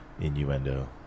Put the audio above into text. Innuendo